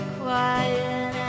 quiet